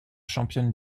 championne